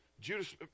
Judas